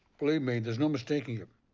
believe me, there is no mistaking it.